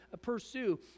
pursue